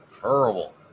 Terrible